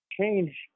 change